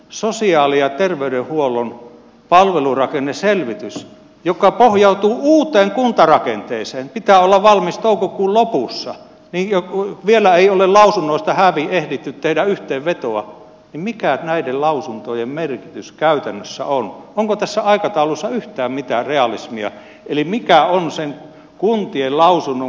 sosiaali ja terveydenhuollon palvelurakenneselvitys joka pohjautuu uuteen kuntarakenteeseen pitää olla valmis toukokuun lopussa wiio kuin vielä ei ole lausunnoista hääviin ehditty tehdä yhteenvetoa mikä näiden lausuntojen merkitys käytännössä ole onko tässä aikataulussa yhtään mitään realismia eli mikä on usein kuntien lausunnon